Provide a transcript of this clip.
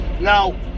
Now